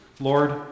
Lord